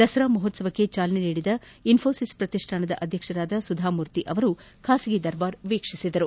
ದಸರಾ ಮಹೋತ್ಸವಕ್ಕೆ ಚಾಲನೆ ನೀಡಿದ ಇನ್ನೋಸಿಸ್ ಪ್ರತಿಷ್ಟಾನದ ಅಧ್ಯಕ್ಷೆ ಸುಧಾಮೂರ್ತಿ ಅವರು ಖಾಸಗಿ ದರ್ಬಾರ್ ವೀಕ್ಷಿಸಿದರು